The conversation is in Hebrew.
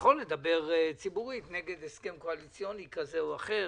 - יכול לדבר ציבורית לדבר נגד הסכם קואליציוני כזה או אחר.